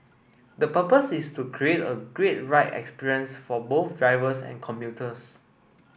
the purpose is to create a great ride experience for both drivers and commuters